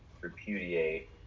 repudiate